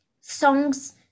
songs